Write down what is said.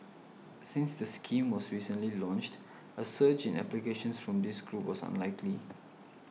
since the scheme was recently launched a surge in applications from this group was unlikely